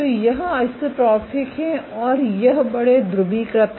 तो यह आइसोट्रॉपिक है और यह बड़े ध्रुवीकृत है